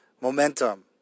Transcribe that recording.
momentum